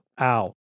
Ow